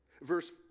Verse